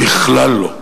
בכלל לא.